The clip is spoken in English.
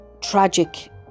tragic